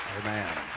Amen